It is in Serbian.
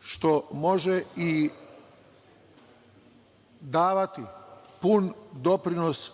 što može i davati pun doprinos